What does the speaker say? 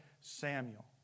Samuel